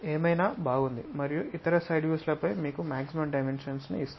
ఏమైనా బాగుంది మరియు ఇతర సైడ్ వ్యూస్ లపై మీకు మాక్సిమమ్ డైమెన్షన్స్ ఇస్తుంది